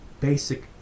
basic